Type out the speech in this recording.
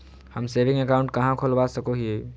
हम saving account कहाँ खोलवा सको हियै?